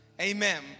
Amen